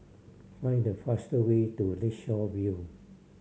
find the faster way to Lakeshore View